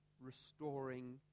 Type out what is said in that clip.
restoring